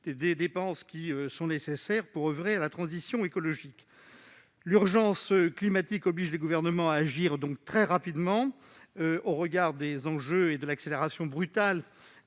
alors qu'elles sont nécessaires pour oeuvrer à la transition écologique. L'urgence climatique oblige les gouvernements à agir très rapidement au regard des enjeux et de l'accélération brutale